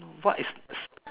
what is is